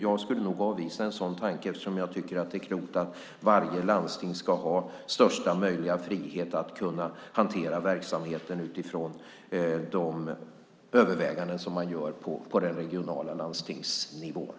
Jag skulle nog avvisa en sådan tanke eftersom jag tycker att det är klokt att varje landsting har största möjliga frihet att hantera verksamheten utifrån de överväganden man gör på den regionala landstingsnivån.